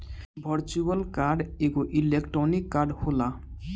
virtual card एगो electronic card होला